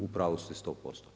U pravu ste 100%